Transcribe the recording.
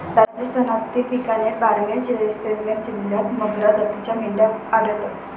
राजस्थानातील बिकानेर, बारमेर, जैसलमेर जिल्ह्यांत मगरा जातीच्या मेंढ्या आढळतात